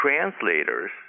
translators